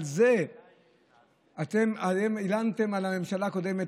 על זה הלנתם על הממשלה הקודמת,